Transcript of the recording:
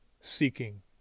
seeking